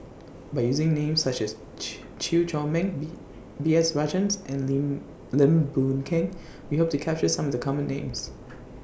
By using Names such as Chew Chew Chor Meng B B S Rajhans and Lin Lim Boon Keng We Hope to capture Some of The Common Names